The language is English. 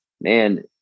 man